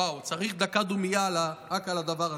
וואו, צריך דקת דומייה רק על הדבר הזה.